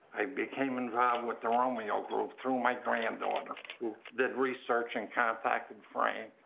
i became involved with the romeo group through my granddaughter who did research and contacted frank.